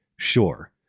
Sure